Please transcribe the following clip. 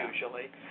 usually